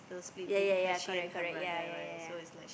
ya ya ya correct correct ya ya ya ya ya